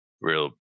real